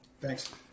Thanks